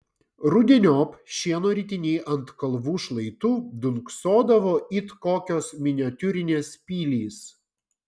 rudeniop šieno ritiniai ant kalvų šlaitų dunksodavo it kokios miniatiūrinės pilys